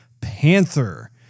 Panther